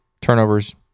Turnovers